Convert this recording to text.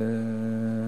לאשקלון.